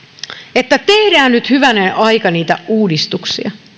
että tehdään nyt hyvänen aika niitä uudistuksia tämä